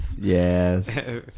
Yes